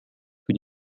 für